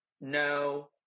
no